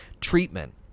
treatment